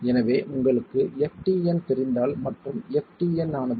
எனவே உங்களுக்கு ftn தெரிந்தால் மற்றும் ftn ஆனது 0